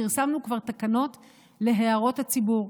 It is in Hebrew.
פרסמנו כבר תקנות להערות הציבור.